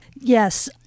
Yes